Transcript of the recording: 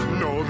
no